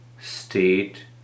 state